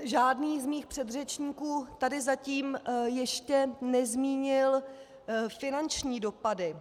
Žádný z mých předřečníků tady zatím ještě nezmínil finanční dopady.